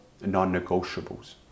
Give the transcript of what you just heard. non-negotiables